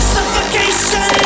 Suffocation